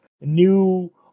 new